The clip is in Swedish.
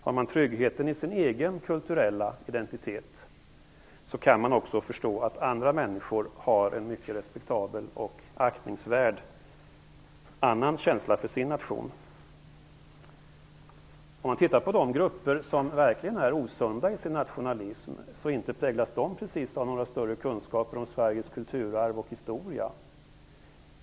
Har man tryggheten i sin egen kulturella identitet kan man också förstå att andra människor har en mycket respektabel och aktningsvärd känsla för sin nation. Om man tittar på de grupper som verkligen är osunda i sin nationalism ser man att de inte precis präglas av några större kunskaper om Sveriges kulturarv och historia.